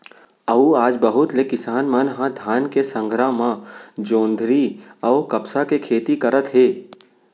अउ आज बहुत ले किसान मन ह धान के संघरा म जोंधरी अउ कपसा के खेती करत हे